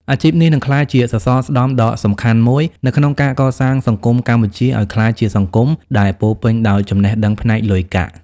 អាជីពនេះនឹងក្លាយជាសសរស្តម្ភដ៏សំខាន់មួយ នៅក្នុងការកសាងសង្គមកម្ពុជាឱ្យក្លាយជាសង្គមដែលពោរពេញដោយចំណេះដឹងផ្នែកលុយកាក់។